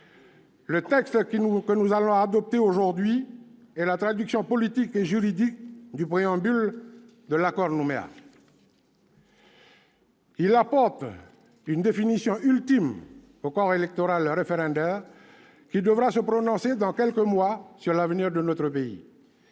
Le texte que nous allons adopter aujourd'hui est la traduction politique et juridique du préambule de l'accord de Nouméa. Il apporte une définition ultime au corps électoral référendaire qui devra se prononcer dans quelques mois sur l'avenir de notre pays.